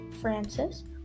Francis